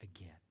again